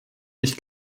ich